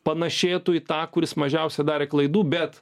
panašėtų į tą kuris mažiausia darė klaidų bet